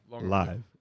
live